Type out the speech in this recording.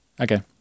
Okay